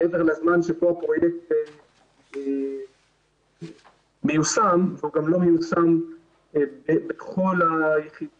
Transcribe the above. מעבר לזמן שבו הפרויקט מיושם הוא גם לא מיושם בכל היחידות,